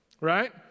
Right